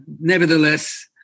Nevertheless